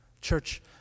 Church